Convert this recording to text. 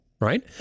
right